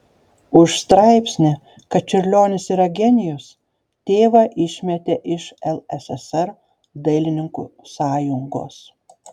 už straipsnį kad čiurlionis yra genijus tėvą išmetė iš lssr dailininkų sąjungos